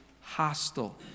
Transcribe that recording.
hostile